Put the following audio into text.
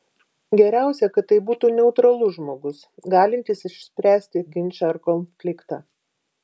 geriausia kad tai būtų neutralus žmogus galintis išspręsti ginčą ar konfliktą